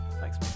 thanks